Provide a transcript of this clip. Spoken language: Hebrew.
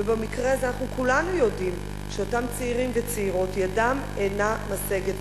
ובמקרה הזה אנחנו כולנו יודעים שאותם צעירים וצעירות ידם אינה משגת,